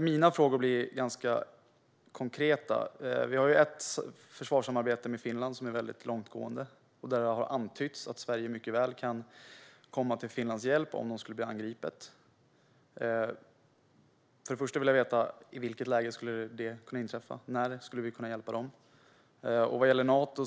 Mina frågor blir ganska konkreta. Vi har ju ett väldigt långtgående försvarssamarbete med Finland, där det har antytts att Sverige mycket väl kan komma till Finlands hjälp om de skulle bli angripna. För det första vill jag veta i vilket läge det skulle kunna inträffa. När skulle vi kunna hjälpa dem? Vad gäller Nato